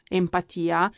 empatia